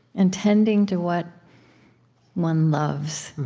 and tending to what one loves,